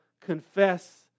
confess